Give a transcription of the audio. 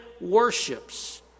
worships